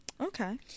okay